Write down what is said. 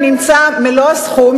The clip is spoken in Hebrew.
נמצא מלוא הסכום,